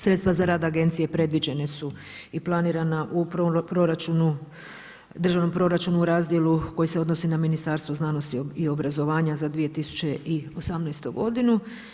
Sredstva za rad agencije predviđena su i planirana u državnom proračunu u razdjelu koji se odnosi na Ministarstvo znanosti i obrazovanja za 2018. godinu.